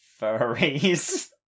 furries